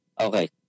Okay